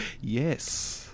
Yes